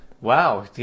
Wow